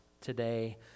today